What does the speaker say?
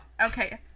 Okay